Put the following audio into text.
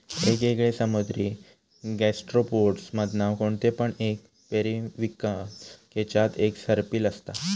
येगयेगळे समुद्री गैस्ट्रोपोड्स मधना कोणते पण एक पेरिविंकल केच्यात एक सर्पिल असता